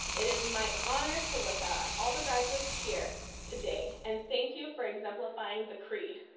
it is my honor to look out at all the graduates here today and thank you for exemplifying the creed.